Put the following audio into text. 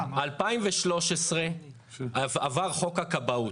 2013, עבר חוק הכבאות.